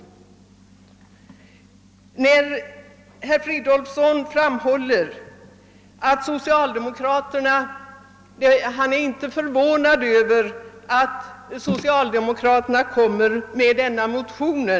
Herr Fridolfsson framhöll att han inte var förvånad över att socialdemokraterna avgivit denna motion.